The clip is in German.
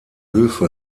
höfe